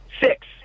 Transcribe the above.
Six